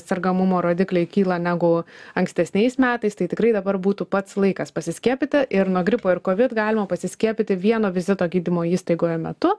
sergamumo rodikliai kyla negu ankstesniais metais tai tikrai dabar būtų pats laikas pasiskiepyti ir nuo gripo ir kovid galima pasiskiepyti vieno vizito gydymo įstaigoje metu